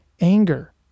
Anger